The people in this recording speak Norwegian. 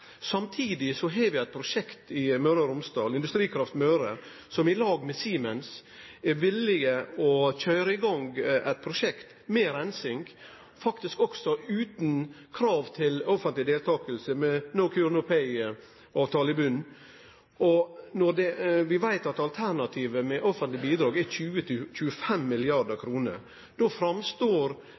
har vi eit prosjekt i Møre og Romsdal, Industrikraft Møre, som i lag med Siemens er villig til å køyre i gang eit prosjekt med rensing, faktisk også utan krav til offentleg deltaking – med «no cure no pay»-avtale i botnen. Når vi veit at alternativet med offentlege bidrag er